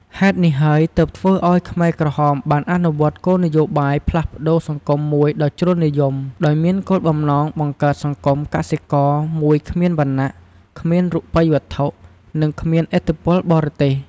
ហេតុនេះហើយទើបធ្វើឲ្យខ្មែរក្រហមបានអនុវត្តគោលនយោបាយផ្លាស់ប្ដូរសង្គមមួយដ៏ជ្រុលនិយម ដោយមានគោលបំណងបង្កើតសង្គមកសិករមួយគ្មានវណ្ណៈ គ្មានរូបិយវត្ថុ និងគ្មានឥទ្ធិពលបរទេស។